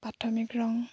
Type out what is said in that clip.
প্ৰাথমিক ৰং